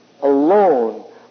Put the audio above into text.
alone